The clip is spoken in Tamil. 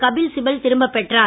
கபில் சிபல் திரும்பப் பெற்றார்